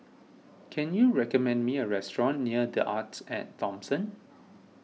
can you recommend me a restaurant near the Arts at Thomson